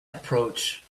approach